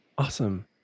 Awesome